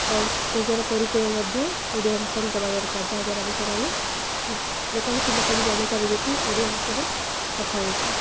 ଆଉ ନିଜର ପରିଚୟ ମଧ୍ୟ ଓଡ଼ିଆ ଭାଷାରେ ଦବା ଦରକାର ଯାହାଦ୍ୱାରା କିି ସେମାନେ ଯେକୌଣସି ଲୋକ ବି ଜାଣିପାରିବେ କି ଓଡ଼ିଆ ଭାଷାରେ କଥା ହଉଛି